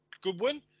Goodwin